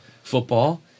football